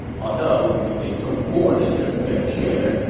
ah though if they took more than their fair share,